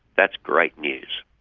that's great news.